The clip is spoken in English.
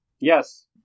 Yes